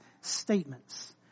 statements